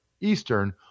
Eastern